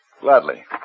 Gladly